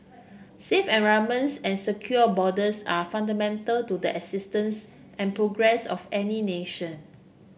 safe environments and secure borders are fundamental to the existence and progress of any nation